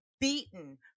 beaten